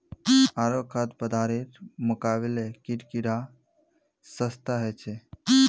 आरो खाद्य पदार्थेर मुकाबले कीट कीडा सस्ता ह छे